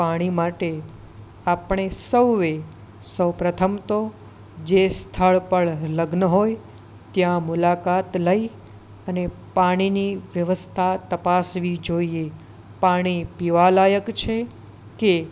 પાણી માટે આપણે સૌ એ સૌ પ્રથમ તો જે સ્થળ પર લગ્ન હોય ત્યાં મુલાકાત લઈ અને પાણીની વ્યવસ્થા તપાસવી જોઈએ પાણી પીવાલાયક છે કે